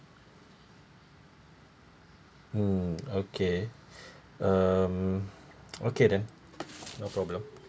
mm okay um okay then no problem